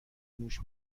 موش